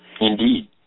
Indeed